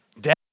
death